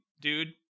dude